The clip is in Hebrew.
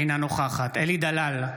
אינה נוכחת אלי דלל,